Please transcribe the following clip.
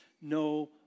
no